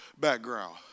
background